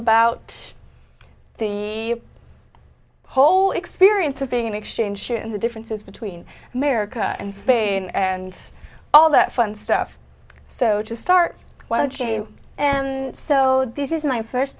about the whole experience of being an exchange ship in the differences between america and spain and all that fun stuff so just start why don't you and so this is my first